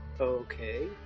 Okay